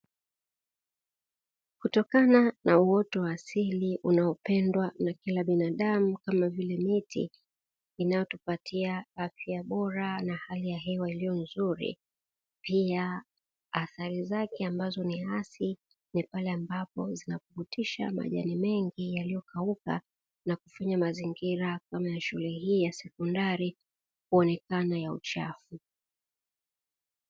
Kutokana na uoto wa asili unaopendwa na kila binadamu kama vile miti, inayotupatia afya bora na hali ya hewa iliyo nzuri, pia athari zake ambazo ni hasi ni pale ambapo zinapukutisha majani mengi yaliyokauka na kufanya mazingira kama ya shule hii ya sekondari kuonekana ya uchafu.